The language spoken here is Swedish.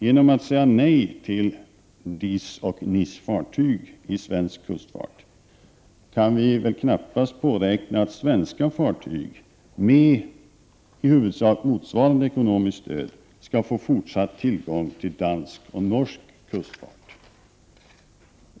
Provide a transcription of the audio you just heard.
Genom att säga nej till DIS och NIS-fartyg i svensk kustfart kan Sverige knappast påräkna att svenska fartyg med i huvudsak motsvarande ekonomiskt stöd skall få fortsatt tillgång till dansk och norsk kustfart.